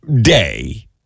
day